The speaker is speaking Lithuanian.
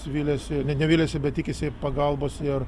viliasi net ne viliasi bet tikisi pagalbos ir